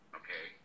okay